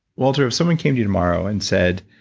walter, if someone came to you tomorrow and said,